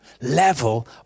level